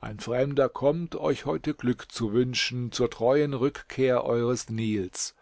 ein fremder kommt euch heute glück zu wünschen zur treuen rückkehr eures nils